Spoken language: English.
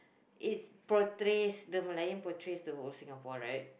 it's portrays the Merlion portrays the whole Singapore right